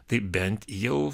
tai bent jau